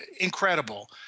incredible